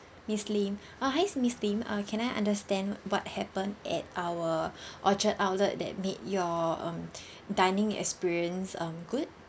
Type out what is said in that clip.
miss lim uh hi miss lim err can I understand what happen at our orchard outlet that made your um dining experience um good